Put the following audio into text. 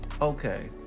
okay